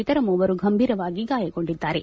ಇತರ ಮೂವರು ಗಂಭೀರವಾಗಿ ಗಾಯಗೊಂಡಿದ್ದಾರೆ